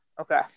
Okay